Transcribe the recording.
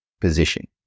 position